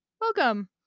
welcome